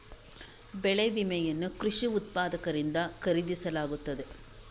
ಬೆಳೆ ವಿಮೆಯನ್ನು ಕೃಷಿ ಉತ್ಪಾದಕರಿಂದ ಖರೀದಿಸಲಾಗುತ್ತದೆ